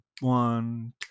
one